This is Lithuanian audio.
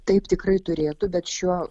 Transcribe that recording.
taip tikrai turėtų bet šiuo